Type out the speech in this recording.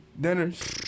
dinners